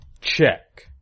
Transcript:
Check